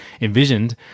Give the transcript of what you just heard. envisioned